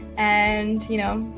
and you know,